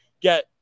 get